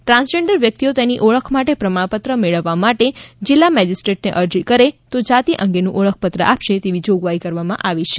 transgender વ્યક્તિઓ તેની ઓળખ માટે પ્રમાણપત્ર મેળવવા માટે જિલ્લા મેજીસ્ટ્રેટને અરજી કરે તો જાતિ અંગેનું ઓળખપત્ર આપશે તેવી જોગવાઇ કરવામાં આવી છે